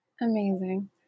Amazing